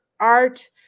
art